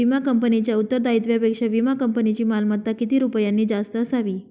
विमा कंपनीच्या उत्तरदायित्वापेक्षा विमा कंपनीची मालमत्ता किती रुपयांनी जास्त असावी?